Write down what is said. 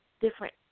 different